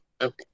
Okay